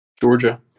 Georgia